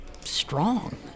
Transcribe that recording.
strong